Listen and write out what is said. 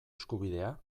eskubidea